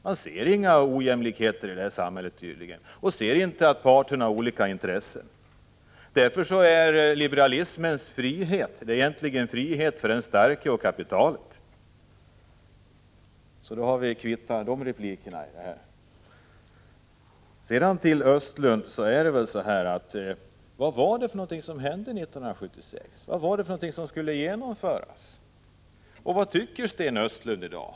Man ser inga ojämlikheter i detta samhälle eller att parterna har olika intressen. Därför är liberalismens frihet egentligen frihet för den starke och för kapitalet. Med dessa ord har jag kvitterat Elver Jonssons replik. Vad hände 1976, Sten Östlund? Vad skulle då genomföras? Vad tycker Sten Östlund i dag?